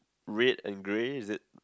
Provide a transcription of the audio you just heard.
red and grey is it